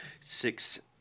six